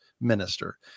minister